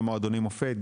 גם מועדוני מופת,